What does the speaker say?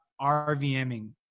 RVMing